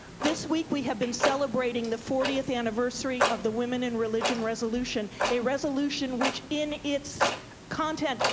this week we have been celebrating the fortieth anniversary of the women in religion resolution, a resolution which, in its content,